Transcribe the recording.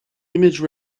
image